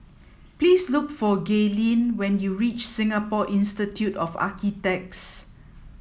please look for Gaylene when you reach Singapore Institute of Architects